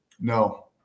No